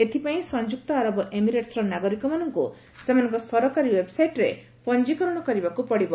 ଏଥିପାଇଁ ସଫଯୁକ୍ତ ଆରବ ଏମିରେଟ୍ସର ନାଗରିକମାନଙ୍କୁ ସେମାନଙ୍କ ସରକାରୀ ଓ୍ବେବ୍ସାଇଟ୍ରେ ପଞ୍ଜିକରଣ କରିବାକୁ ପଡ଼ିବ